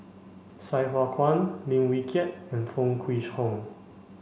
Sai Hua Kuan Lim Wee Kiak and Foo Kwee Horng